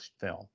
film